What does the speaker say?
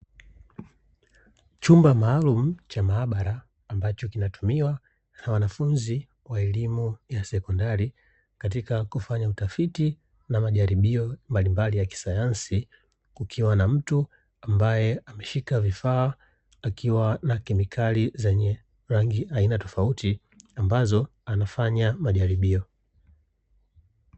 Chumba maalumu cha maabara ambacho kinatumiwa na wanafunzi wa elimu ya sekondari kwa ajili ya kufanya utafiti na majaribio mbali mbali ya kisayansi, kukiwa na mtu ambae ameshika vifaa akiwa na kemikali zenye rangi aina tofauti ambazo anafanya majaribio.